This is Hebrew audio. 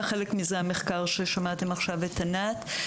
חלק מזה המחקר ששמעתם עליו עכשיו את ענת,